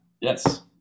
Yes